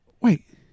Wait